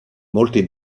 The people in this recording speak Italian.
molti